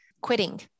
quitting